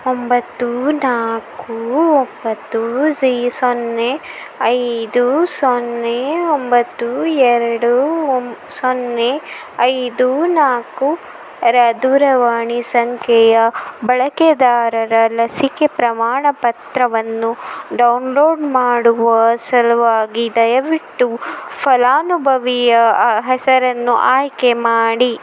ಒಂಬತ್ತು ನಾಲ್ಕು ಒಂಬತ್ತು ಝಿ ಸೊನ್ನೆ ಐದು ಸೊನ್ನೆ ಒಂಬತ್ತು ಎರಡು ಒಮ್ ಸೊನ್ನೆ ಐದು ನಾಲ್ಕು ಎರ ದೂರವಾಣಿ ಸಂಖ್ಯೆಯ ಬಳಕೆದಾರರ ಲಸಿಕೆ ಪ್ರಮಾಣ ಪತ್ರವನ್ನು ಡೌನ್ಲೋಡ್ ಮಾಡುವ ಸಲುವಾಗಿ ದಯವಿಟ್ಟು ಫಲಾನುಭವಿಯ ಆ ಹೆಸರನ್ನು ಆಯ್ಕೆ ಮಾಡಿ